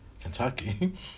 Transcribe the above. Kentucky